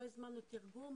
לא הזמנו תרגום,